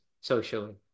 socially